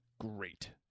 Great